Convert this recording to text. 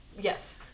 Yes